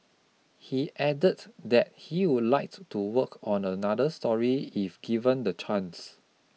he added that he would like to work on another story if given the chance